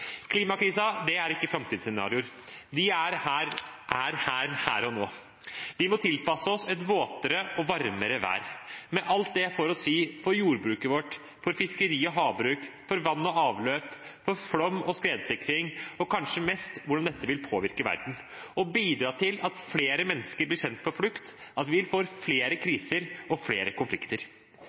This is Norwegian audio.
er ikke framtidsscenarioer, det er her og nå. Vi må tilpasse oss et våtere og varmere vær, med alt det får å si for jordbruket vårt, for fiskeri- og havbruk, for vann og avløp, for flom- og skredsikring og kanskje mest hvordan dette vil påvirke verden og bidra til at flere mennesker blir sendt på flukt, at vi får flere kriser og flere konflikter.